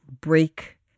break